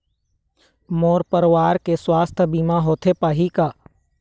मोर परवार के सुवास्थ बीमा होथे पाही का?